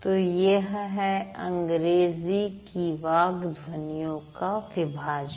तो यह है अंग्रेजी की वाक् ध्वनियों का विभाजन